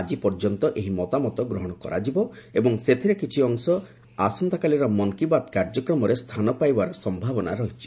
ଆଜି ପର୍ଯ୍ୟନ୍ତ ଏହି ମତାମତ ଗ୍ରହଣ କରାଯିବ ଏବଂ ସେଥବରେ କିଛି ଅଂଶ ଆସନ୍ତାକାଲିର ମନ୍ କୀ ବାତ୍ କାର୍ଯ୍ୟକ୍ରମରେ ସ୍ଥାନ ପାଇପାରିବାର ସମ୍ଭାବନା ରହିଛି